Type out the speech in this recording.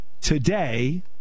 Today